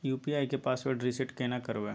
UPI के password reset केना करबे?